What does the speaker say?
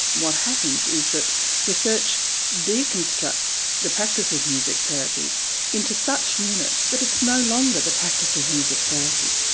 what happens is that research deconstructs the practice of music therapy into such units that it's no longer the practice of music therapy.